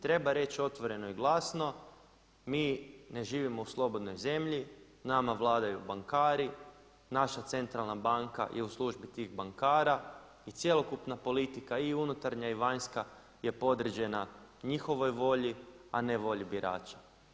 Treba reći otvoreno i glasno, mi ne živimo u slobodnoj zemlji, nama vladaju bankari, naša centralna banka je u službi tih bankara i cjelokupna politika i unutarnja i vanjska je podređena njihovoj volji a ne volji birača.